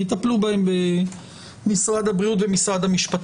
יטפלו בהן במשרדי הבריאות והמשפטים.